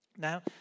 Now